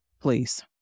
Please